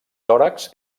tòrax